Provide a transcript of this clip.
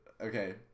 okay